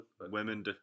Women